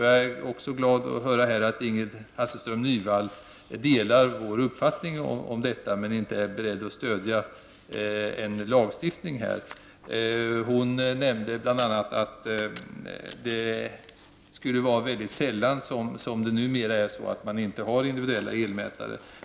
Jag är glad att höra att Ingrid Hasselström Nyvall delar vår uppfattning om detta, även om hon inte är beredd att stödja kravet på en lagstiftning. Hon nämnde bl.a. att det numera är mycket sällan som det inte förekommer individuella elmätare.